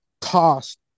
tossed